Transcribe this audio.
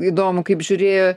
įdomu kaip žiūrėjo